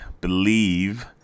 Believe